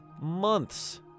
months